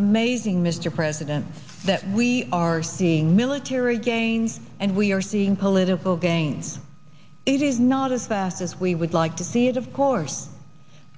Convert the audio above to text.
amazing mr president that we are seeing military gains and we are seeing political gains it is not as fast as we would like to see it of course